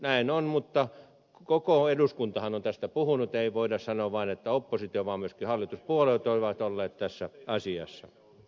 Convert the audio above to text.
näin on mutta koko eduskuntahan on tästä puhunut ei voida sanoa vain että oppositio vaan myöskin hallituspuolueet ovat olleet tässä asiassa